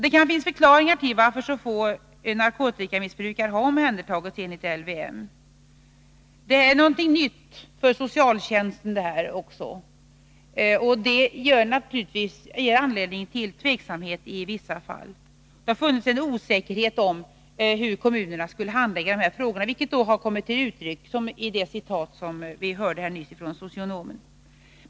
Det kan finnas förklaringar till varför så få narkotikamissbrukare omhändertas enligt LVM. Det är något nytt för socialtjänsten, och det ger naturligtvis anledning till tveksamhet i vissa fall. Det har också funnits en osäkerhet om hur kommunerna skulle handlägga dessa frågor. Det har kommit till uttryck i det anförda citatet från Socionomen.